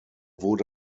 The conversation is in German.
wurde